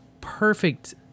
perfect